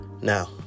Now